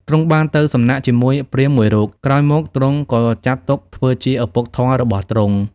ទ្រង់បានទៅសំណាក់ជាមួយព្រាហ្មណ៍មួយរូប ក្រោយមកទ្រង់ក៏ចាត់ទុកធ្វើជាឪពុកធម៌របស់ទ្រង់។